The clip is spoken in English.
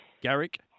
Garrick